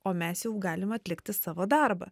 o mes jau galim atlikti savo darbą